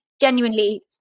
genuinely